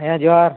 ଆଜ୍ଞା ଜୁହାର୍